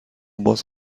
باز